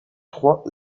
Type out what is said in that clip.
trois